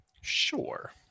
Sure